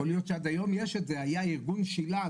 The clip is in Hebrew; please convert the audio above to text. יכול להיות שעדיין יש את זה היו באים שיל"א,